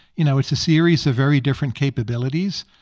you know, it's a series of very different capabilities.